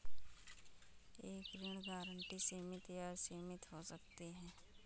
एक ऋण गारंटी सीमित या असीमित हो सकती है